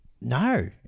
No